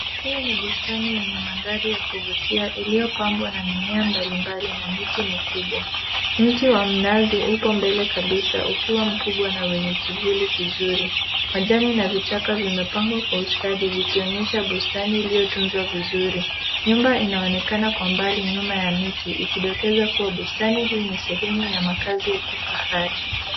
Hii ni bustani yenye mandhari ya kuvutia iliyopambwa na mimea mbalimbali na miti mikubwa. Mti wa mnazi upo mbele kabisa ukiwa mkubwa na wenye kivuli kizuri. Majani na vichaka vimepangwa kwa ustadi ikionyesha bustani iliyotunzwa vizuri. Nyumba inaonekana kwa mbali nyuma ya miti ikidokeza kuwa bustani hii ni sehemu ya makazi ya kifahari.